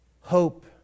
hope